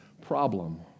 problem